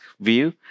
view